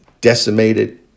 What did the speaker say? decimated